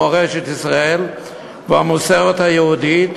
מורשת ישראל והמסורת היהודית,